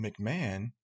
McMahon